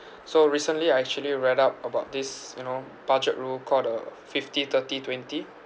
so recently I actually read up about this you know budget rule called the fifty thirty twenty